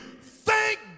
thank